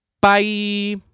Bye